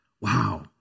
Wow